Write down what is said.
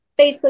Facebook